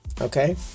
Okay